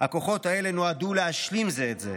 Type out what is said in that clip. שהכוחות האלה נועדו להשלים זה את זה.